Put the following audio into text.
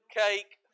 cake